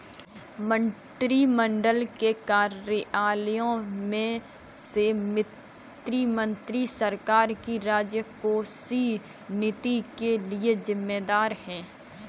मंत्रिमंडल के कार्यालयों में से वित्त मंत्री सरकार की राजकोषीय नीति के लिए जिम्मेदार है